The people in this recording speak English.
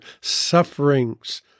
sufferings